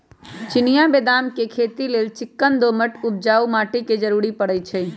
चिनियाँ बेदाम के खेती लेल चिक्कन दोमट उपजाऊ माटी के जरूरी पड़इ छइ